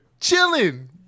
chilling